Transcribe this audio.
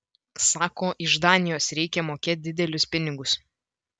sako iš danijos reikia mokėt didelius pinigus